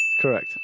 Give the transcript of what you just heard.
Correct